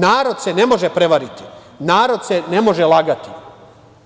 Narod se ne može prevariti, narod se ne može lagati,